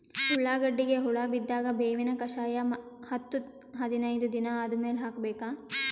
ಉಳ್ಳಾಗಡ್ಡಿಗೆ ಹುಳ ಬಿದ್ದಾಗ ಬೇವಿನ ಕಷಾಯ ಹತ್ತು ಹದಿನೈದ ದಿನ ಆದಮೇಲೆ ಹಾಕಬೇಕ?